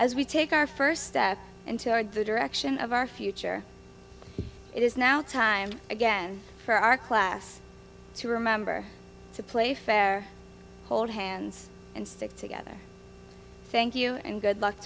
as we take our first step into the direction of our future it is now time again for our class to remember to play fair hold hands and stick together thank you and good luck